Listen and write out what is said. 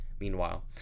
Meanwhile